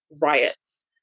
riots